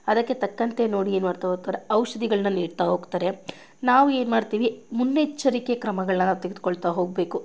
ಅದಕ್ಕೆ ತಕ್ಕಂತೆ ನೋಡಿ ಏನು ಮಾಡ್ತಾ ಹೋಗ್ತಾರೆ ಔಷಧಿಗಳನ್ನು ನೀಡ್ತಾ ಹೋಗ್ತಾರೆ ನಾವು ಏನು ಮಾಡ್ತೀವಿ ಮುನ್ನೆಚ್ಚರಿಕೆ ಕ್ರಮಗಳನ್ನು ತೆಗೆದುಕೊಳ್ತಾ ಹೋಗಬೇಕು